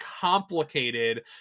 complicated